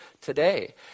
today